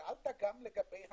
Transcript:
שאלת גם לגבי המטרות.